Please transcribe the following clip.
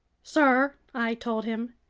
sir, i told him,